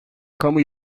kamu